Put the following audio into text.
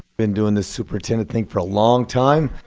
been doing this superintendent thing for a long time.